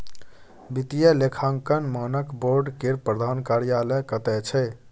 वित्तीय लेखांकन मानक बोर्ड केर प्रधान कार्यालय कतय छै